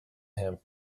him